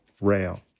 rail